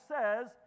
says